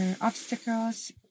obstacles